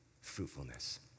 fruitfulness